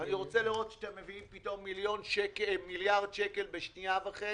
אני רוצה לראות שאתם מביאים פתאום מיליארד שקלים בשנייה וחצי.